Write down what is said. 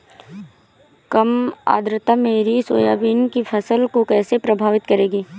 कम आर्द्रता मेरी सोयाबीन की फसल को कैसे प्रभावित करेगी?